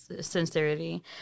Sincerity